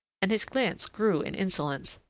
and his glance grew in insolence,